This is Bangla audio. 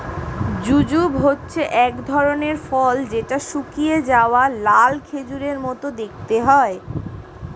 জুজুব হচ্ছে এক ধরনের ফল যেটা শুকিয়ে যাওয়া লাল খেজুরের মত দেখতে হয়